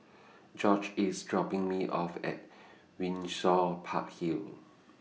George IS dropping Me off At Windsor Park Hill